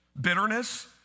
bitterness